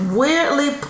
weirdly